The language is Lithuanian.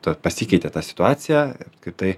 ta pasikeitė ta situacija apskritai